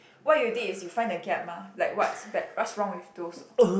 what you did is you find the gap mah like what's bad what's wrong with those